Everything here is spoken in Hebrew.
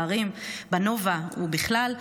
בערים בנובה ובכלל,